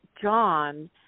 John